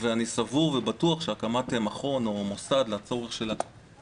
אני סבור ובטוח שהקמת מכון או מוסד ללימוד